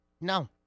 No